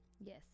Yes